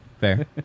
Fair